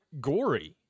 gory